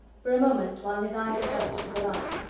for a moment, while his eyes adjusted to the light,